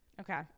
Okay